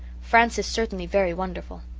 france is certainly very wonderful.